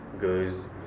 goes